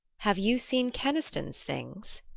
have you seen keniston's things?